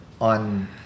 on